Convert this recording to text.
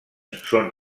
són